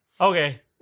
Okay